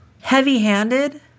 heavy-handed